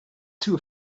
too